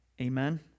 Amen